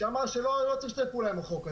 שאמר שלא צריך לשתף פעולה עם החוק הזה,